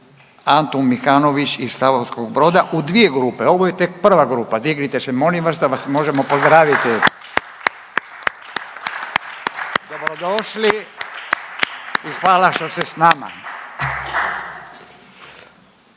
Antun Mihanović iz Slavonskog Broda u dvije grupe, ovo je tek prva grupa. Dignite se molim vas da vas možemo pozdraviti. …/Pljesak./… Dobrodošli i hvala što ste s nama.